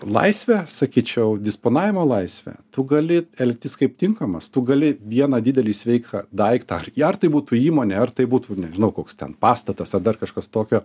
laisvę sakyčiau disponavimo laisvę tu gali elgtis kaip tinkamas tu gali vieną didelį sveiką daiktą ar ar tai būtų įmonė ar tai būtų nežinau koks ten pastatas ar dar kažkas tokio